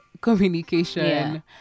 communication